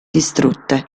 distrutte